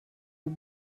aux